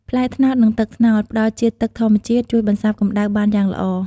ផ្លែត្នោតនិងទឹកត្នោត ផ្តល់ជាតិទឹកធម្មជាតិ ជួយបន្សាបកម្ដៅបានយ៉ាងល្អ។